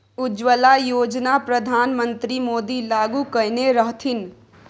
उज्जवला योजना परधान मन्त्री मोदी लागू कएने रहथिन